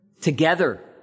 together